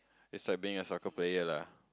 it's like being a soccer player lah